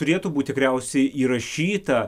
turėtų būti tikriausiai įrašyta